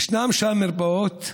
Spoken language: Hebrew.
ישנן שם מרפאות,